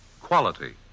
Quality